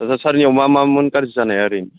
आच्चा सारनियाव मा मामोन गाज्रि जानाया ओरैनो